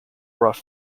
rough